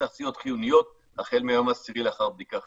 בתעשיות חיוניות החל מהיום העשירי לאחר בדיקה חיובית.